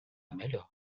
melhor